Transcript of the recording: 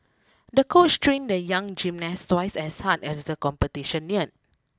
the coach trained the young gymnast twice as hard as the competition neared